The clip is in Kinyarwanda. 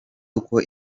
uko